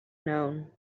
known